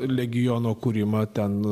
legiono kūrimą ten